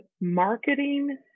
marketing